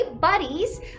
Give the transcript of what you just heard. buddies